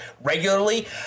regularly